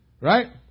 Right